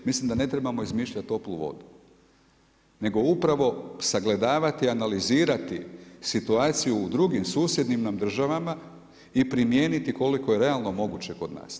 Mislim da ne trebamo izmišljati toplu vodu, nego upravo sagledavati, analizirati situaciju u drugim susjednim nam državama i primijeniti koliko je realno moguće kod nas.